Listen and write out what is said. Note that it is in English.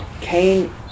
Cain